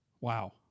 wow